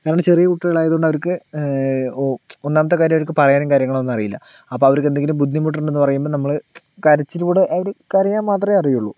കാരണം ചെറിയ കുട്ടികളായതുകൊണ്ടു അവർക്ക് ഓ ഒന്നാമത്തെ കാര്യം അവർക്ക് പറയാനും കാര്യങ്ങളൊന്നും അറിയില്ല അപ്പോൾ അവർക്കെന്തെങ്കിലും ബുദ്ധിമുട്ടുണ്ടെന്ന് പറയുമ്പോൾ നമ്മള് കരച്ചിലോടെ അവര് കരയാൻ മാത്രമേ അറിയുള്ളൂ